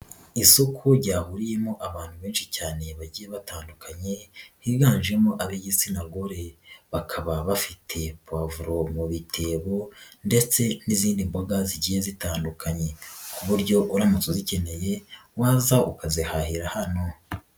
Isoko ryahuriyemo abantu benshi cyane bagiye batandukanye, higanjemo ab'igitsina gore, bakaba bafite poivuro mu bitebo ndetse n'izindi mboga zigiye zitandukanye, ku buryo uramutse uzikeneye waza ukazihahira hano.